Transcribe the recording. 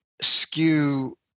skew